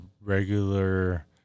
regular